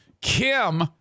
Kim